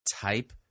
type